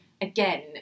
again